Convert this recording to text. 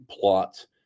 plot